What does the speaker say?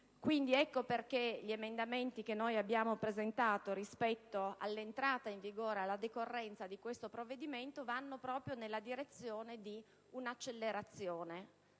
Ecco perché gli emendamenti che abbiamo presentato rispetto alla decorrenza di questo provvedimento vanno proprio nella direzione di una accelerazione